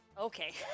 Okay